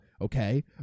Okay